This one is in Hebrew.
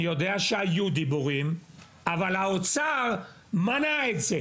יודע שהיו דיבורים אבל האוצר מנע את זה